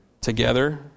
together